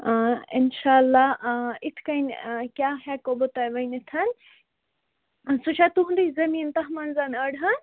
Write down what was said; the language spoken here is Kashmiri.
انشااللہ یِتھٕ کٔنۍ کیٛاہ ہٮ۪کو بہٕ تۄہہِ ؤنِتھ سُہ چھا تُہنٛدُے زمیٖن تتھ منٛز أڑۍہَن